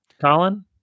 Colin